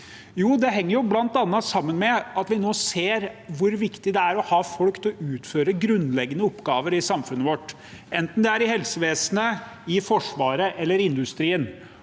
år? Det henger bl.a. sammen med at vi nå ser hvor viktig det er å ha folk til å utføre grunnleggende oppgaver i samfunnet vårt, enten det er i helsevesenet, i forsvaret eller i industrien,